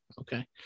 Okay